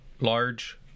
large